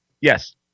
Yes